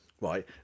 Right